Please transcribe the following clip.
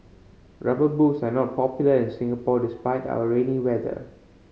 Rubber Boots are not popular in Singapore despite our rainy weather